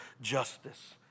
justice